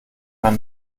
man